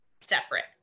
separate